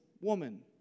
woman